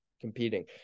competing